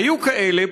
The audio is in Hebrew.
היו כאלה,